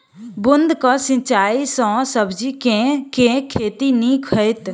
बूंद कऽ सिंचाई सँ सब्जी केँ के खेती नीक हेतइ?